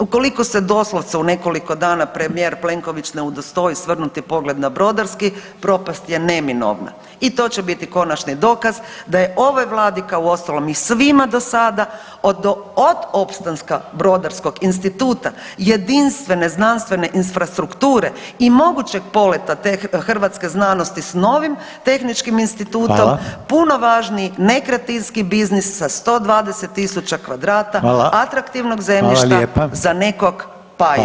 Ukoliko se doslovce u nekoliko dana premijer Plenković ne udostoji svrnuti pogled na Brodarski, propast je neminovna i to će biti konačni dokaz da je ovoj Vladi, kao uostalom i svima do sada od opstanka Brodarskog instituta, jedinstvene znanstvene infrastrukture i mogućeg poleta hrvatske znanosti s novim tehničkim institutom, [[Upadica: Hvala.]] puno važniji nekretninski biznis sa 120 tisuća kvadrata [[Upadica: Hvala.]] atraktivnog zemljišta [[Upadica: Hvala lijepa.]] za nekog pajdu.